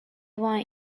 want